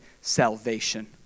salvation